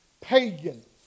pagans